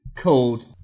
called